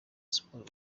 sports